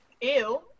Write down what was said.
Ew